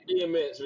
DMX